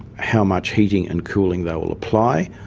how much heating and cooling they will apply,